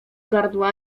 gardła